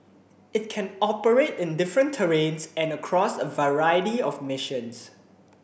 it can operate in different terrains and across a variety of missions